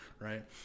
right